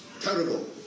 terrible